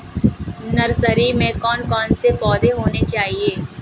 Nursery में कौन कौन से पौधे होने चाहिए?